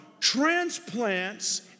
transplants